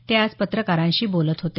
ते आज पत्रकारांशी बोलत होते